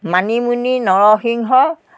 মানিমুনি নৰসিংহ